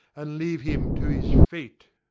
and leave him to his fate!